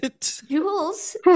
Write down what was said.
Jules